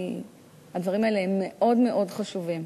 כי הדברים האלה הם מאוד מאוד חשובים